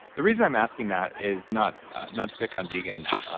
the reason i'm asking that is not not to pick on vegans,